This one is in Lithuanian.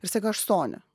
ir staiga aš sonia